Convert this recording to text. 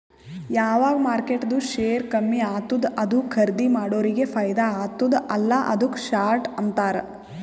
ಯಾವಗ್ ಮಾರ್ಕೆಟ್ದು ಶೇರ್ ಕಮ್ಮಿ ಆತ್ತುದ ಅದು ಖರ್ದೀ ಮಾಡೋರಿಗೆ ಫೈದಾ ಆತ್ತುದ ಅಲ್ಲಾ ಅದುಕ್ಕ ಶಾರ್ಟ್ ಅಂತಾರ್